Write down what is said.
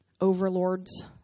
overlords